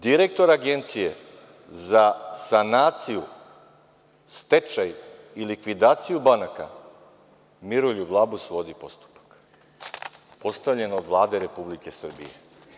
Direktor Agencije za sanaciju, stečaj i likvidaciju banaka Miroljub Labus vodi postupak, postavljen od Vlade Republike Srbije.